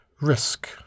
Risk